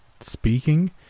speaking